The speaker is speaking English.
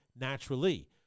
naturally